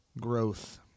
growth